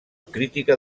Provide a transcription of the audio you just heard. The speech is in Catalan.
crítica